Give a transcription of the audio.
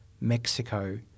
Mexico